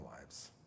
lives